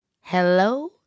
Hello